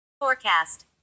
forecast